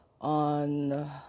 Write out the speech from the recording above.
on